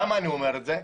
למה אני אומר את זה?